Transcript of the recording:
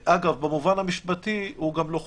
אגב, במובן המשפטי, הוא גם לא חוקי.